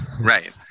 Right